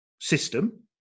system